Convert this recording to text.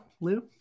Lou